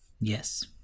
Yes